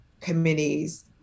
committees